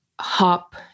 hop